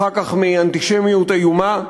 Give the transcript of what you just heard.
אחר כך, מאנטישמיות איומה,